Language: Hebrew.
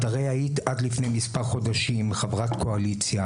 את הרי היית עד לפני מספר חודשים חברת קואליציה,